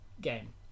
game